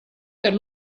per